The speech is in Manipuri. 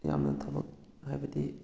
ꯌꯥꯝꯅ ꯊꯕꯛ ꯍꯥꯏꯕꯗꯤ